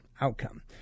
outcome